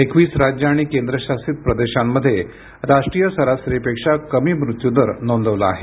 एकवीस राज्यं आणि केंद्रशासित प्रदेशांमध्ये राष्ट्रीय सरासरीपेक्षा कमी मृत्यूदर नोंदवला आहे